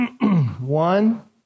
one